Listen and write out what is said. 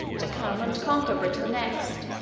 to come and conquer britain next.